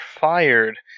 fired